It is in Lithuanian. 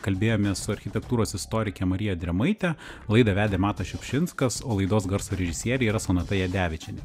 kalbėjomės su architektūros istorike marija drėmaite laidą vedė matas šiupšinskas o laidos garso režisierė yra sonata jadevičienė